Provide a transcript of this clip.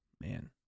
Man